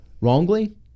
wrongly